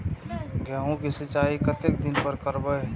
गेहूं का सीचाई कतेक दिन पर करबे?